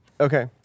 Okay